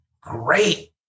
great